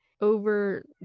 over